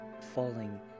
falling